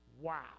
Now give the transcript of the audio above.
Wow